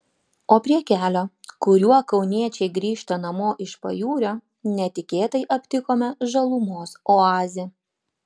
o prie kelio kuriuo kauniečiai grįžta namo iš pajūrio netikėtai aptikome žalumos oazę